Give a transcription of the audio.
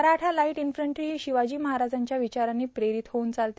Maratha light infantry हो शिवाजी महाराजांच्या विचारांनी प्रेरित होऊन चालते